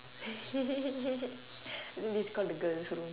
I think this is called the girls room